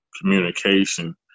communication